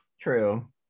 true